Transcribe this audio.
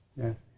Yes